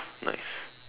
nice